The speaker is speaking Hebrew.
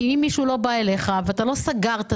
כי אם מישהו לא בא אליך ואתה לא סגרת דברים,